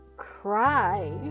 cry